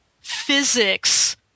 physics